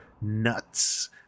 nuts